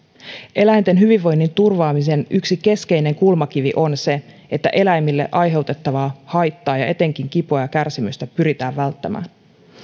eläinten hyvinvoinnin turvaamisen yksi keskeinen kulmakivi on se että eläimille aiheutettavaa haittaa ja etenkin kipua ja kärsimystä pyritään välttämään